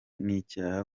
n’icyaha